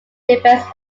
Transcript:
defence